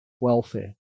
welfare